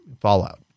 fallout